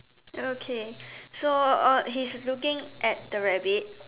okay so uh he's looking at the rabbit